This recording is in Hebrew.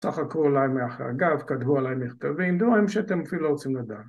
‫צחקו עליי מאחורי הגב, ‫כתבו עליי מכתבים, ‫דברים שאתם אפילו לא רוצים לדעת.